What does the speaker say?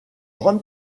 grande